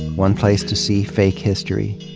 one place to see fake history?